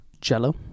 jello